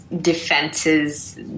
defenses